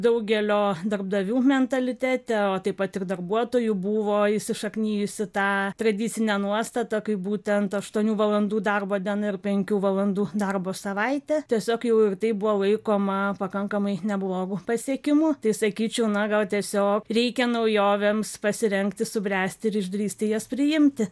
daugelio darbdavių mentalitete o taip pat ir darbuotojų buvo įsišaknijusi ta tradicinė nuostata kai būtent aštuonių valandų darbo diena ir penkių valandų darbo savaitė tiesiog jau ir tai buvo laikoma pakankamai neblogu pasiekimu tai sakyčiau na gal tiesiog reikia naujovėms pasirengti subręsti ir išdrįsti jas priimti